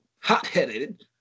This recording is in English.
hot-headed